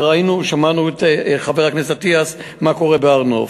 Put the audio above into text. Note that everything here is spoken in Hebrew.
שמענו את חבר הכנסת אטיאס, מה קורה בהר-נוף.